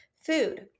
Food